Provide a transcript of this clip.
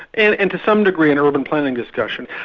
and and to some degree an urban planning discussion.